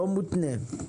לא מותנה.